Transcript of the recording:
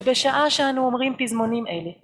בשעה שאנו אומרים פזמונים אלה.